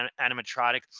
animatronic